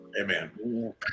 Amen